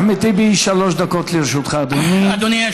חבר הכנסת אחמד טיבי, שלוש דקות לרשותך, אדוני.